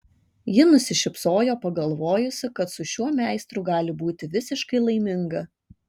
ji nusišypsojo pagalvojusi kad su šiuo meistru gali būti visiškai laiminga